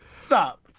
Stop